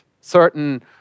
Certain